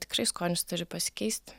tikrai skonis turi pasikeisti